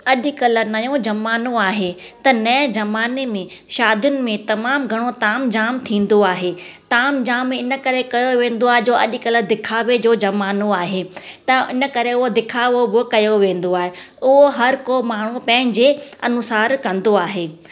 अॼुकल्ह नओं ज़मानो आहे त नएं ज़माने में शादियुनि में तमामु घणो ताम झाम थींदो आहे ताम झाम इन करे कयो वेंदो आहे जो अॼुकल्ह दिखावे जो ज़मानो आहे त इन करे उहा दिखावो बि कयो वेंदो आहे उहो हर को माण्हू पंहिंजे अनुसारु कंदो आहे